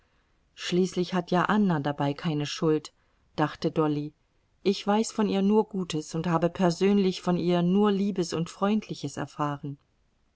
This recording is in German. schließlich hat ja anna dabei keine schuld dachte dolly ich weiß von ihr nur gutes und habe persönlich von ihr nur liebes und freundliches erfahren